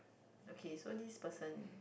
okay so this person